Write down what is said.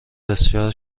بسیار